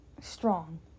strong